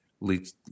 leads